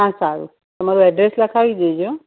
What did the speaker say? હા સારું તમારું એડ્રેસ લખાવી દેજો